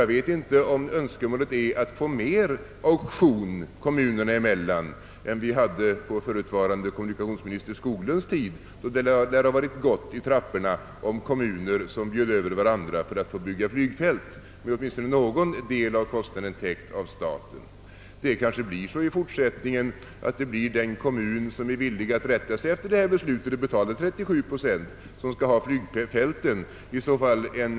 Jag vet inte om det är ett önskemål att få till stånd auktioner 1 ännu större utsträckning kommunerna emellan än som var fallet på förutvarande kommunikationsminister Skoglunds tid då det lär ha funnits gott om kommunalmän i kanslihusets trappor som bjöd över varandra för att få bygga flygfält, med åtminstone någon del av kostnaden täckt av staten. Det kanske i fortsättningen blir de kommuner som är villiga att rätta sig efter detta beslut och betalar 37 procent av anläggningskostnaden som får flygfälten.